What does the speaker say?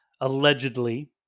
allegedly